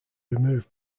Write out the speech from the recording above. remove